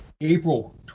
April